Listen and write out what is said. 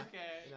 Okay